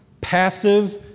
Passive